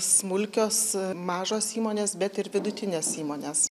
smulkios mažos įmonės bet ir vidutinės įmonės